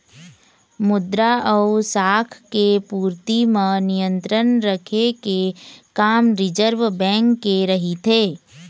मद्रा अउ शाख के पूरति म नियंत्रन रखे के काम रिर्जव बेंक के रहिथे